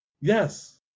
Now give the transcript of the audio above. Yes